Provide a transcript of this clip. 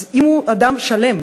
אז אם הוא אדם שלם,